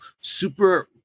super